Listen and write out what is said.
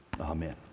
Amen